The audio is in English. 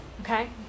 Okay